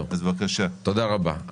תודה רבה.